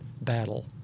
battle